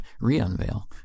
re-unveil